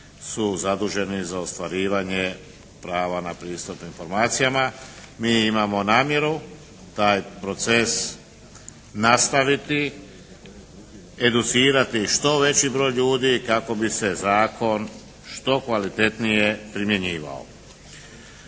su zaduženi za ostvarivanje prava na pristup informacijama. Mi imamo namjeru taj proces nastaviti, educirati što veći broj ljudi kako bi se zakon što kvalitetnije primjenjivao.